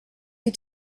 you